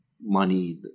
money